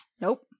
Nope